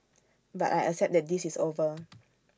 but I accept that this is over